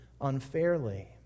unfairly